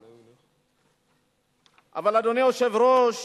אבל, אדוני היושב-ראש,